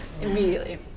Immediately